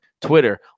Twitter